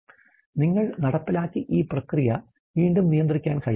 നിർദ്ദേശങ്ങൾ നടപ്പിലാക്കി ഈ പ്രക്രിയ വീണ്ടും നിയന്ത്രിക്കാൻ കഴിയും